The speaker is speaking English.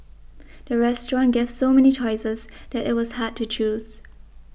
the restaurant gave so many choices that it was hard to choose